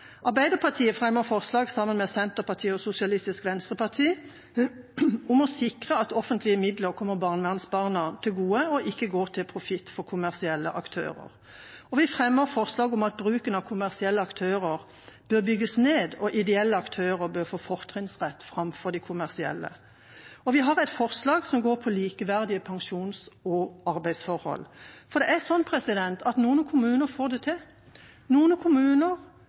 Arbeiderpartiet fremmer forslag, sammen med Senterpartiet og Sosialistisk Venstreparti, om å sikre at offentlige midler kommer barnevernsbarna til gode og ikke går til profitt for kommersielle aktører. Vi fremmer også et forslag om at bruken av kommersielle aktører bør bygges ned, og at ideelle aktører bør få fortrinnsrett framfor kommersielle. Vi har også et forslag som handler om likeverdige pensjons- og arbeidsforhold. Noen kommuner får det til. Noen kommuner bruker anbudsregelverket til